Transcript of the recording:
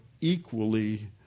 equally